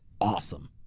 awesome